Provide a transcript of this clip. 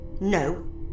No